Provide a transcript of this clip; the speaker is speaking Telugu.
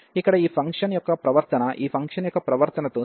ఇక్కడ ఈ ఫంక్షన్ యొక్క ప్రవర్తన ఈ ఫంక్షన్ యొక్క ప్రవర్తనతో సమానంగా ఉంటుంది